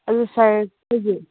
ꯑꯗꯨ ꯁꯥꯔꯈꯣꯏꯒꯤ